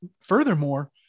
furthermore